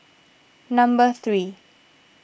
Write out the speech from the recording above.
number three